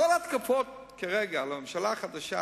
כל ההתקפות כרגע על הממשלה החדשה,